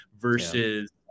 versus